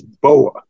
BOA